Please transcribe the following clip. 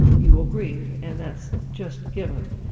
you will grieve, and that's just given.